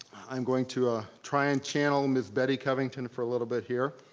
i'm going to ah try and channel ms. betty covington for a little bit here.